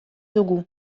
dugu